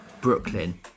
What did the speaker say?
Brooklyn